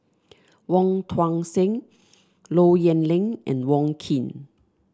Wong Tuang Seng Low Yen Ling and Wong Keen